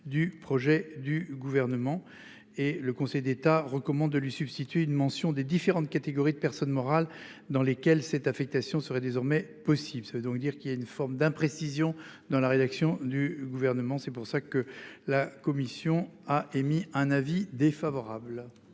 du projet du gouvernement et le Conseil d'État recommande de lui substituer une mention des différentes catégories de personnes morales dans lesquelles cette affectation serait désormais possible. Ça veut donc dire qu'il y a une forme d'imprécisions dans la rédaction du gouvernement. C'est pour ça que la commission a émis un avis défavorable.